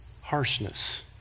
Harshness